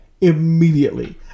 immediately